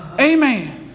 Amen